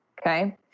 Okay